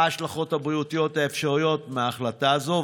4. מהן ההשלכות הבריאותיות האפשריות של ההחלטה הזאת,